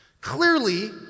Clearly